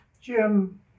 Jim